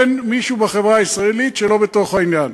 אין מישהו בחברה הישראלית שלא בתוך העניין.